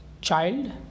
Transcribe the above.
child